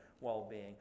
well-being